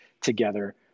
together